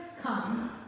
come